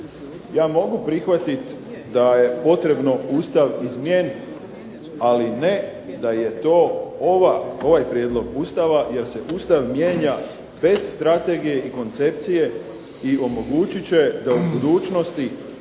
Ja mogu prihvatit da je potrebno Ustav izmijeniti, ali ne da je to ovaj prijedlog Ustava jer se Ustav mijenja bez strategije i koncepcije i omogućit će da u budućnosti